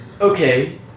Okay